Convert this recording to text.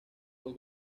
con